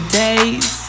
days